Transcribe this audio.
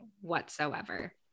whatsoever